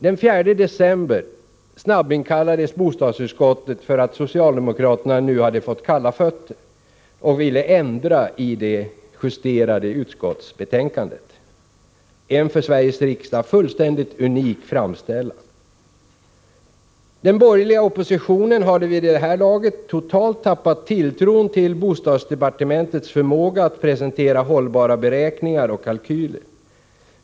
Den 4 december snabbinkallades bostadsutskottet därför att socialdemokraterna nu hade fått kalla fötter och ville ändra i det justerade utskottsbetänkandet — en för Sveriges riksdag fullständigt unik framställan. Den borgerliga oppositionen hade vid det här laget totalt tappat tilltron till bostadsdepartementets förmåga att presentera hållbara beräkningar och kalkyler.